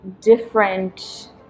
different